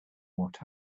what